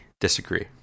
Disagree